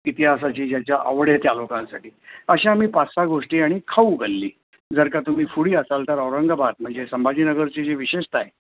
इतिहासाची ज्याची आवड आहे त्या लोकांसाठी असे आम्ही पाच सहा गोष्टी आणि खाऊगल्ली जर का तुम्ही फूडी असाल तर औरंगाबाद म्हणजे संभाजीनगरची जी विशेषता आहे